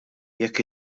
jekk